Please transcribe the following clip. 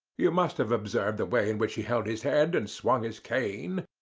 you must have observed the way in which he held his head and swung his cane.